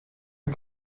est